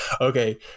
Okay